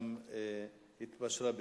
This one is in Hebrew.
באיחור לאחר שעברנו בסדר-היום את נושא הצעתה,